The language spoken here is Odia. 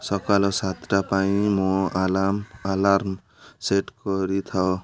ସକାଲ ସାତଟା ପାଇଁ ମୋ ଆଲାର୍ମ ସେଟ୍ କରିଥାଅ